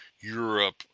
Europe